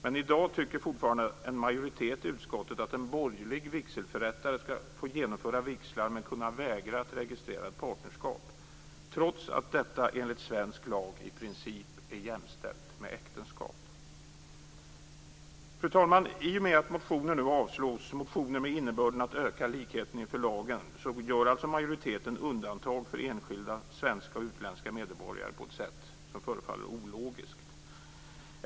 Men i dag tycker fortfarande en majoritet i utskottet att en borgerlig vigselförrättare skall få genomföra vigslar men kunna vägra att registrera ett partnerskap - trots att detta enligt svensk lag i princip är jämställt med äktenskap. Fru talman! I och med att motioner med innebörden att öka likheten inför lagen nu avstyrks gör alltså majoriteten undantag för enskilda svenska och utländska medborgare på ett sätt som förefaller ologiskt.